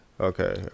okay